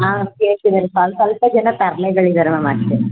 ಹಾಂ ಕೇಳ್ತಿದ್ದಾರೆ ಸಲ್ಪ್ ಸ್ವಲ್ಪ ಜನ ತರ್ಲೆಗಳು ಇದ್ದಾರೆ ಮ್ಯಾಮ್ ಅಷ್ಟೇ